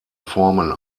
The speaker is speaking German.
formen